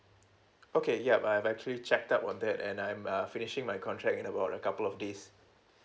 okay yup I have actually checked up on that and I'm err finishing my contract in about a couple of days